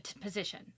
Position